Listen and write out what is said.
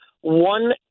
one